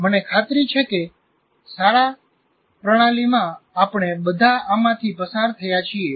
મને ખાતરી છે કે શાળા પ્રણાલીમાં આપણે બધા આમાંથી પસાર થયા છીએ